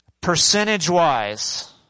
percentage-wise